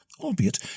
albeit